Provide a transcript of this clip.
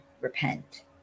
repent